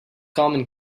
common